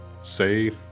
say